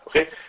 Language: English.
Okay